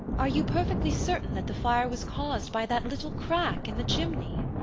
are you perfectly certain that the fire was caused by that little crack in the chimney!